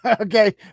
Okay